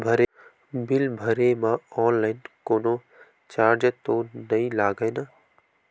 Bill भरे मा online कोनो चार्ज तो नई लागे ना?